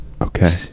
Okay